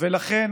ולכן